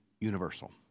universal